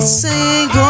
sing